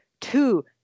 two